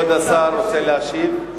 כבוד השר רוצה להשיב?